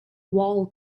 wall